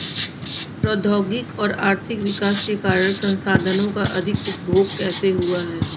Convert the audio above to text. प्रौद्योगिक और आर्थिक विकास के कारण संसाधानों का अधिक उपभोग कैसे हुआ है?